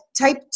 type